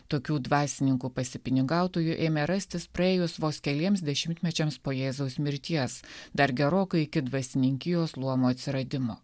tokių dvasininkų pasipinigautojų ėmė rastis praėjus vos keliems dešimtmečiams po jėzaus mirties dar gerokai iki dvasininkijos luomo atsiradimo